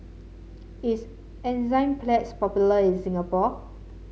is Enzyplex popular in Singapore